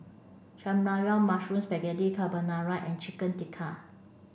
Saengmyeon Mushroom Spaghetti Carbonara and Chicken Tikka